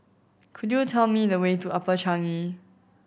could you tell me the way to Upper Changi